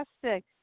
fantastic